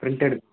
printed